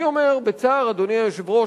אדוני היושב-ראש,